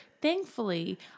Thankfully